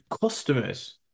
customers